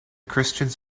christians